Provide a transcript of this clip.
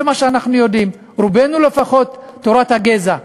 זה מה שאנחנו יודעים, רובנו לפחות, תורת הגזע.